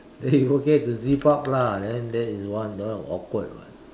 that you forget to zip up lah then that is one that one awkward [what]